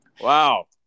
Wow